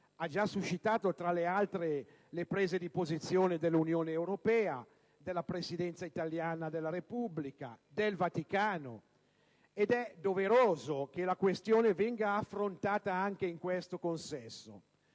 ha già suscitato, tra le altre, le prese di posizione dell'Unione europea, della Presidenza della Repubblica italiana e del Vaticano, ed è doveroso che la questione venga affrontata anche in questo consesso.